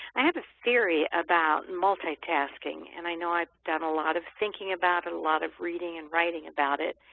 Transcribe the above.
i have a theory about multitasking and i know i've done a lot of thinking about it, a lot of reading and writing about it.